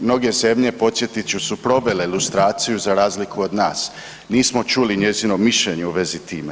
Mnoge zemlje podsjetit ću su provele lustraciju za razliku od nas, nismo čuli njezino mišljene u vezi s time.